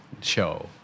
show